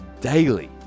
daily